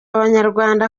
abanyarwanda